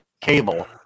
cable